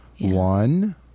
One